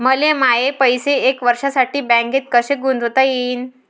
मले माये पैसे एक वर्षासाठी बँकेत कसे गुंतवता येईन?